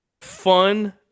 fun